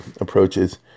approaches